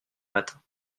matin